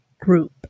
group